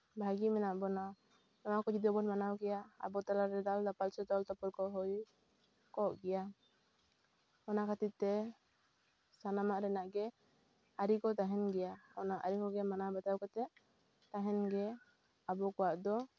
ᱵᱷᱟᱹᱜᱤ ᱢᱮᱱᱟᱜ ᱵᱚᱱᱟ ᱱᱚᱣᱟ ᱠᱚ ᱡᱩᱫᱤ ᱵᱟᱵᱚᱱ ᱢᱟᱱᱟᱣ ᱠᱮᱭᱟ ᱟᱵᱚ ᱛᱟᱞᱟᱨᱮ ᱫᱟᱞ ᱫᱟᱯᱟᱞ ᱥᱮ ᱛᱚᱞ ᱛᱚᱯᱚᱞ ᱦᱩᱭ ᱠᱚᱜ ᱜᱮᱭᱟ ᱚᱱᱟ ᱠᱷᱟᱹᱛᱤᱨ ᱛᱮ ᱥᱟᱱᱟᱢᱟᱜ ᱨᱮᱱᱟᱜ ᱜᱮ ᱟᱹᱨᱤ ᱠᱚ ᱛᱟᱦᱮᱱ ᱜᱮᱭᱟ ᱚᱱᱟ ᱟᱹᱨᱤ ᱠᱚᱜᱮ ᱢᱟᱱᱟᱣ ᱵᱟᱛᱟᱣ ᱠᱟᱛᱮᱫ ᱛᱟᱦᱮᱱ ᱜᱮ ᱟᱵᱚ ᱠᱚᱣᱟᱜ ᱫᱚ